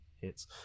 hits